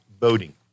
voting